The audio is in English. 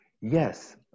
Yes